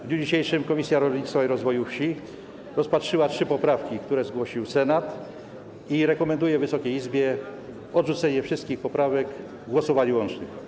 W dniu dzisiejszym Komisja Rolnictwa i Rozwoju Wsi rozpatrzyła trzy poprawki, które zgłosił Senat, i rekomenduje Wysokiej Izbie odrzucenie wszystkich poprawek w głosowaniu łącznym.